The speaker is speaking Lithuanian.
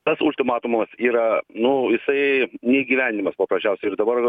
tas ultimatumas yra nu jisai neįgyvendinamas paprasčiausiai ir dabar